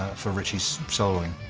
for ritchie's soloing,